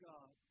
God